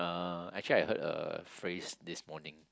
uh actually I heard a phrase this morning